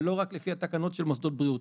ולא רק לפי התקנות של מוסדות בריאות,